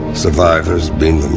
survivors, beam